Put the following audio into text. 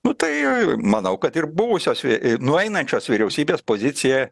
nu tai manau kad ir buvusios nueinančios vyriausybės pozicija